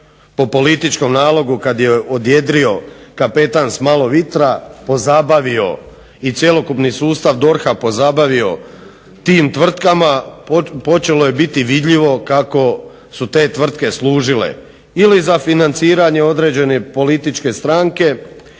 po političkom nalogu kad je odjedrio kapetan sa malo vitra pozabavio i cjelokupni sustav DORH-a pozabavio tim tvrtkama počelo je biti vidljivo kako su te tvrtke služile ili za financiranje određene političke stranke